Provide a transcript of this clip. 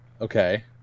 Okay